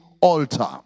altar